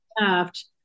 left